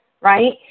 right